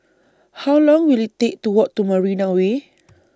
How Long Will IT Take to Walk to Marina Way